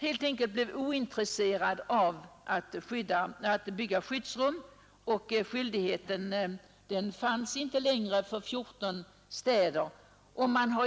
Skyldigheten att uppföra skyddsrum försvann för 14 städer.